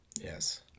Yes